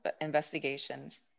investigations